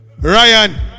ryan